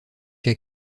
qu’à